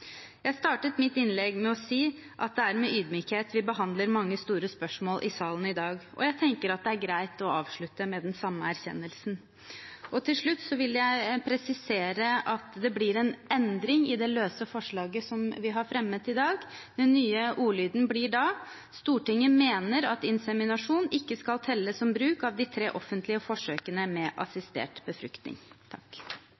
Jeg startet mitt innlegg med å si at det er med ydmykhet vi behandler mange store spørsmål i salen i dag. Jeg tenker at det er greit å avslutte med den samme erkjennelsen. Helt til slutt vil jeg presisere at det blir en endring i det forslaget som vi har fremmet i dag. Den nye ordlyden blir da: «Stortinget mener at inseminasjon ikke skal telle som bruk av de tre offentlige forsøkene med